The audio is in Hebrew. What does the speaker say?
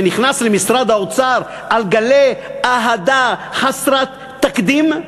שנכנס למשרד האוצר על גלי אהדה חסרת תקדים,